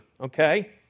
okay